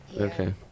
Okay